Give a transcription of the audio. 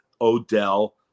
Odell